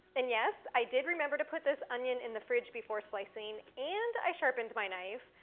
and, yes, i did remember to put this onion in the fridge before slicing, and i sharpened my knife,